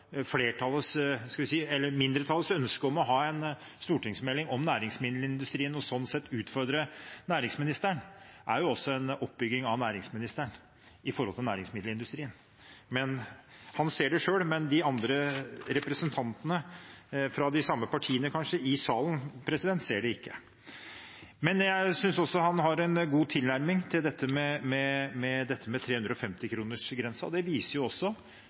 mindretallets ønske om å få en stortingsmelding om næringsmiddelindustrien – og at de slik sett utfordrer næringsministeren – også en oppbygging av næringsministeren når det gjelder næringsmiddelindustrien. Han ser det selv, men representantene i salen fra det samme partiet ser det kanskje ikke. Jeg synes også han har en god tilnærming til dette med 350 kr-grensen. Det viser også, som et annet eksempel når det